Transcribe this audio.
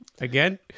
again